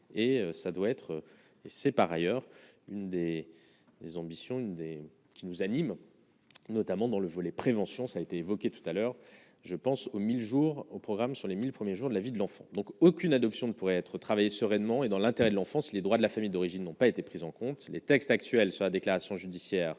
et ça doit être, c'est par ailleurs une des mes ambitions qui nous anime, notamment dans le volet prévention, ça a été évoqué tout à l'heure, je pense aux 1000 jours au programme sur les 1000 premiers jours de la vie de l'enfant, donc aucune adoption pourrait être travailler sereinement et dans l'intérêt de l'enfant, les droits de la famille d'origine n'ont pas été prises en compte les textes actuels sur la déclaration judiciaire